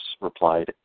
replied